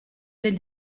del